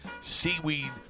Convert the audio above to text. seaweed